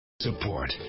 Support